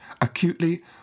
acutely